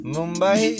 Mumbai